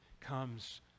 comes